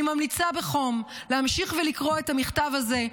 אני ממליצה בחום להמשיך ולקרוא את המכתב הזה,